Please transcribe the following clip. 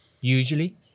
usually